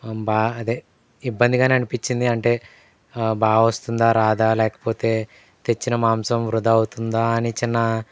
బాగా అదే ఇబ్బందిగానే అనిపిచ్చింది అంటే బా వస్తుందా రాదా లేకపోతే తెచ్చిన మాంసం వృధా అవుతుందా అని చిన్న